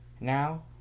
Now